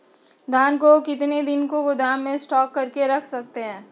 धान को कितने दिन को गोदाम में स्टॉक करके रख सकते हैँ?